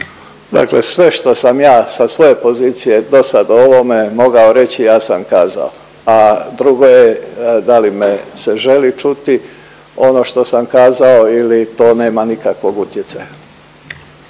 Dakle sve što sam ja sa svoje pozicije dosad o ovome mogao reći ja sam kazao, a drugo je da li me se želi čuti ono što sam kazao ili to nema nikakvog utjecaja.